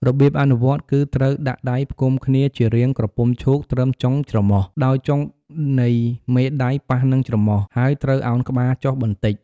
របៀបអនុវត្តគឺ ត្រូវដាក់ដៃផ្គុំគ្នាជារាងក្រពុំឈូកត្រឹមចុងច្រមុះ ដោយចុងនៃមេដៃប៉ះនឹងច្រមុះ ហើយត្រូវឱនក្បាលចុះបន្តិច។